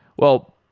well,